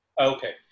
Okay